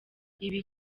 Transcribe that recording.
ibi